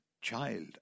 child